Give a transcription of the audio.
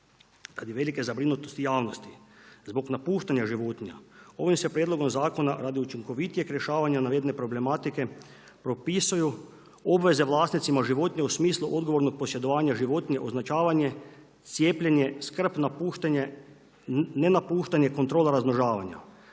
Tad je velika zabrinutost javnosti, zbog napuštanja životinja ovim se prijedlogom zakona radi učinkovitijeg rješavanja navedene problematike propisuju obveze vlasnicima životinja u smislu odgovornog posjedovanja životinja, označavanje, cijepljenje, skrb, ne napuštanje, kontrola razmnožavanja.